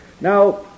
Now